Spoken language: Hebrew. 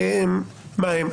מה הם.